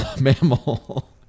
Mammal